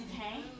okay